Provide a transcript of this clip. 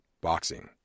boxing